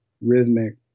rhythmic